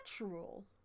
natural